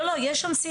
לא, לא, יש שם סעיפים.